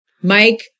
Mike